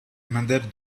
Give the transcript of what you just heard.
another